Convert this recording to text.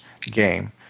game